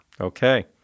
Okay